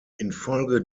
infolge